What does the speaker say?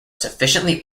sufficiently